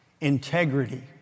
integrity